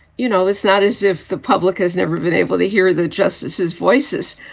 you know, it's not as if the public has never been able to hear the justices voices.